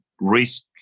risk